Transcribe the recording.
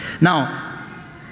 Now